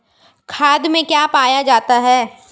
खाद में क्या पाया जाता है?